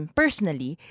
personally